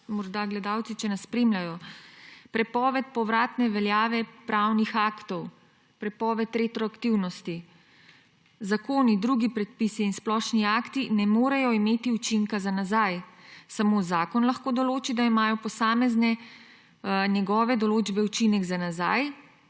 še gledalci, če nas morda spremljajo, prepoved povratne veljave pravnih aktov, prepoved retroaktivnosti: »Zakoni, drugi predpisi in splošni akti ne morejo imeti učinka za nazaj. Samo zakon lahko določi, da imajo posamezne njegove določbe učinek za nazaj,«